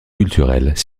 culturels